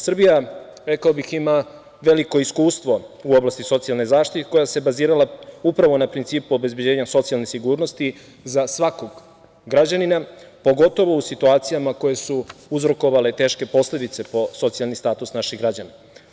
Srbija, rekao bih, ima veliko iskustvo u oblasti socijalne zaštite, koja se bazirala upravo na principu obezbeđenja socijalne sigurnosti za svakog građanina, pogotovo u situacijama koje su uzrokovale teške posledice po socijalni status naših građana.